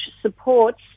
supports